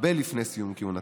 הרבה לפני סיום כהונתה,